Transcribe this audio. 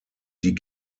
die